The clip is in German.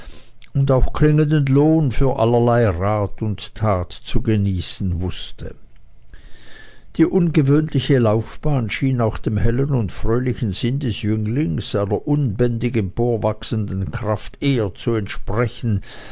und auch klingenden lohn für allerlei rat und tat zu genießen wußte die ungewöhnliche laufbahn schien auch dem hellen und fröhlichen sinn des jünglings seiner unbändig emporwachsenden kraft eher zu entsprechen